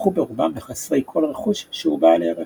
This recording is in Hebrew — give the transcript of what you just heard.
והפכו ברובם לחסרי כל רכוש שהוא בעל ערך.